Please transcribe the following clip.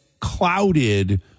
clouded